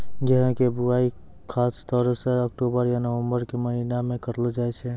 गेहूँ के बुआई खासतौर सॅ अक्टूबर या नवंबर के महीना मॅ करलो जाय छै